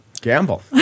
gamble